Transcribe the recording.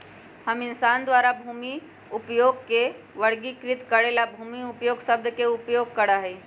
हम इंसान द्वारा भूमि उपयोग के वर्गीकृत करे ला भूमि उपयोग शब्द के उपयोग करा हई